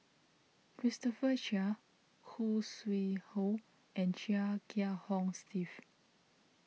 Christopher Chia Khoo Sui Hoe and Chia Kiah Hong Steve